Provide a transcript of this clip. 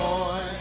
Boy